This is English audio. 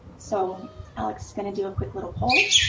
so alex is going to do a quick little poll.